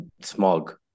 smog